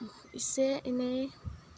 एसे एनै